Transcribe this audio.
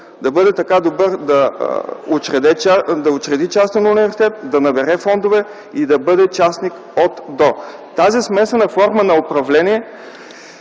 да бъде така добър да учреди частен университет, да набере фондове и да бъде частник от – до. Тази смесена форма на управление